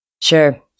Sure